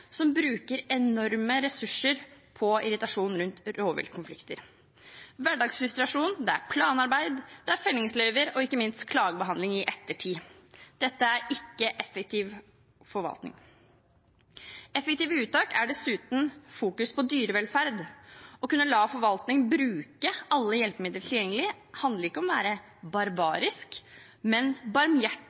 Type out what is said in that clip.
som bruker enorme ressurser på irritasjon rundt rovviltkonflikter. Det er hverdagsfrustrasjon knyttet til planarbeid, fellingsløyver og ikke minst klagebehandling i ettertid. Dette er ikke effektiv forvaltning. Effektive uttak er dessuten å fokusere på dyrevelferd. Å kunne la forvaltningen bruke alle tilgjengelige hjelpemidler handler ikke om å være barbarisk, men